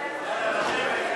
חברי הכנסת,